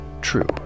True